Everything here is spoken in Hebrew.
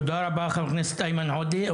תודה רבה חבר הכנסת איימן עודה.